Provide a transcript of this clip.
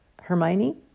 Hermione